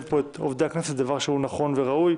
פה את עובדי הכנסת זה דבר שהוא נכון וראוי.